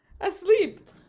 asleep